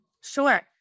sure